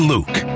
Luke